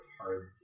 hard